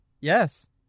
Yes